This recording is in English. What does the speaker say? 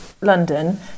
London